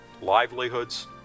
livelihoods